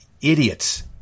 idiots